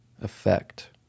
effect